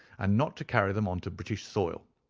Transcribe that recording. and not to carry them on to british soil.